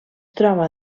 troba